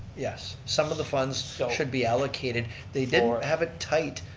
yes, some of the funds should be allocated. they didn't have a tight,